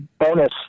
bonus